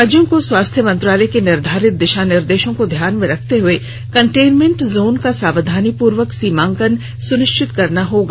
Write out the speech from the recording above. राज्यों को स्वास्थ्य मंत्रालय के निर्धारित दिशानिर्देशों को ध्यान में रखते हुए कंटेन्मेंट जोन का सावधानीपूर्वक सीमांकन सुनिश्चित करना होगा